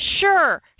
Sure